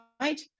right